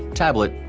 tablet,